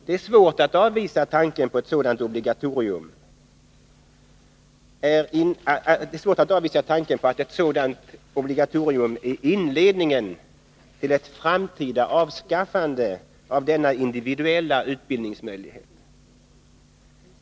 Det är svårt att avvisa tanken på att ett sådant obligatorium är inledningen till ett framtida avskaffande av denna individuella privata utbildningsmöjlighet.